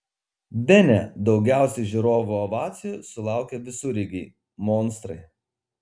bene daugiausiai žiūrovų ovacijų sulaukė visureigiai monstrai